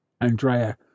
Andrea